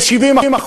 ב-70%,